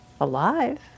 alive